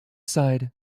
side